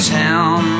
town